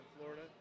Florida